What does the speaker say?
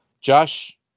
Josh